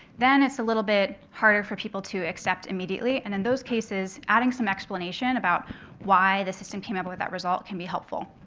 then it's a little bit harder for people to accept immediately. and in those cases, adding some explanation about why the system came up with that result can be helpful.